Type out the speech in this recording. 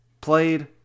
played